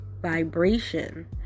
vibration